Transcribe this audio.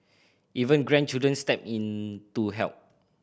even grandchildren step in to help